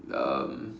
um